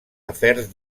afers